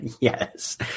yes